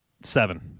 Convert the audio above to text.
seven